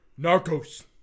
Narcos